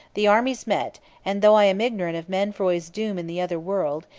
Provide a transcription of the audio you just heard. the armies met and though i am ignorant of mainfroy's doom in the other world,